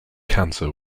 cancer